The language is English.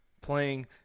playing